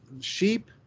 sheep